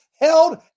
held